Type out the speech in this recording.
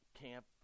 camp